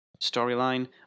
storyline